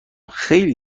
خیلی